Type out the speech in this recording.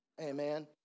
amen